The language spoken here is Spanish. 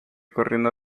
corriendo